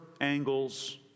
angles